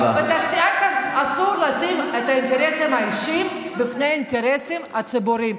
אסור לשים את האינטרסים האישיים לפני האינטרסים הציבוריים,